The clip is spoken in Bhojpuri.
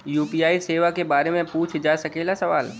यू.पी.आई सेवा के बारे में पूछ जा सकेला सवाल?